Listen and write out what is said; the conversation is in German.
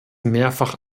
mehrfach